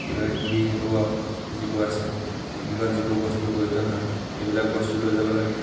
কিবাকিবি এইবোৰ আৰু যিবোৰ আছে পিকনিকত যিবোৰ বস্তু প্ৰয়োজন হয় এইবিলাক বস্তু লৈ যাব লাগে